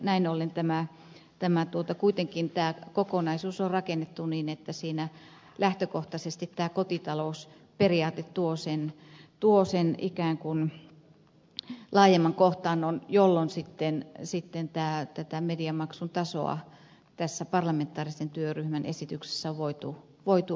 näin ollen tämä kokonaisuus kuitenkin on rakennettu niin että siinä lähtökohtaisesti tämä kotitalousperiaate tuo sen ikään kuin laajemman kohtaannon jolloin tätä mediamaksun tasoa tässä parlamentaarisen työryhmän esityksessä on voitu alentaa